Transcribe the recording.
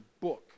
book